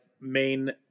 main